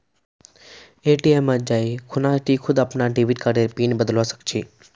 ATM मत जाइ खूना टी खुद अपनार डेबिट कार्डर पिन बदलवा सख छि